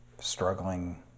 struggling